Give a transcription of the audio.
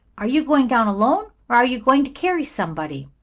are you going down alone, or are you going to carry somebody?